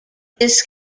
this